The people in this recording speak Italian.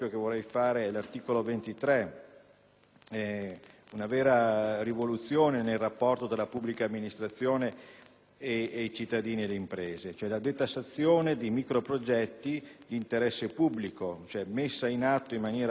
una vera rivoluzione nel rapporto tra pubblica amministrazione e cittadini ed imprese: la detassazione, cioè, di microprogetti di interesse pubblico. Viene quindi messo in atto in maniera forte un provvedimento